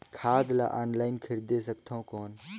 खाद ला ऑनलाइन खरीदे सकथव कौन?